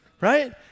Right